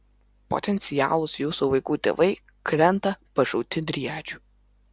potencialūs jūsų vaikų tėvai krenta pašauti driadžių